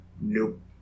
Nope